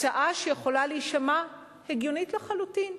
היא הצעה שיכולה להישמע הגיונית לחלוטין,